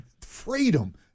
Freedom